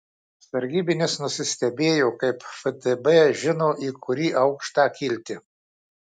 sargybinis nusistebėjo kaip ftb žino į kurį aukštą kilti